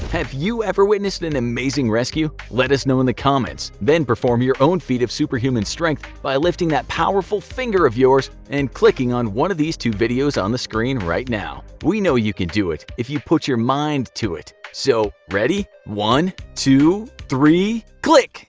have you ever witnessed an amazing rescue? let us know in the comments then perform your own feat of super human strength by lifting that powerful finger of yours and clicking on one of the two videos on screen right now. we know you can do it if you put your mind to it so ready? one, two, three, click!